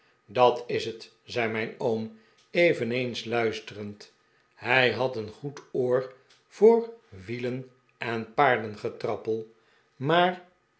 dat is het zei mijn oom eveneens luisterend hij had een goed oor voor wielen en paardengetrappel maar